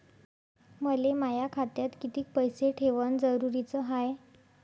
मले माया खात्यात कितीक पैसे ठेवण जरुरीच हाय?